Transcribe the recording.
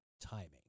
timing